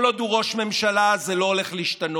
כל עוד הוא ראש ממשלה זה לא הולך להשתנות,